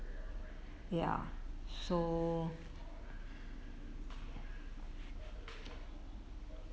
ya so